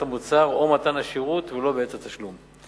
המוצר או מתן השירות ולא בעת התשלום.